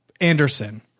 Anderson